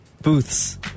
Booths